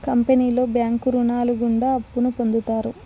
కంపెనీలో బ్యాంకు రుణాలు గుండా అప్పును పొందుతారు